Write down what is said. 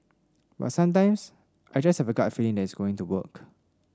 but sometimes I just have a gut it's going to work